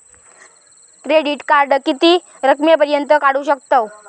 Credit card किती रकमेपर्यंत काढू शकतव?